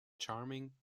charming